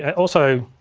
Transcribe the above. and also,